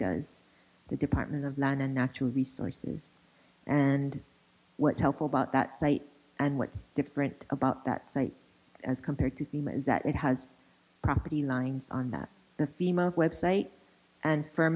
does the department of land and natural resources and what's helpful about that site and what's different about that site as compared to beam is that it has property lines on that the female website and for